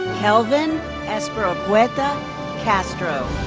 kelvin espericueta castro.